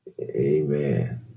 Amen